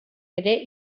ere